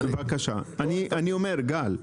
אני אומר גל,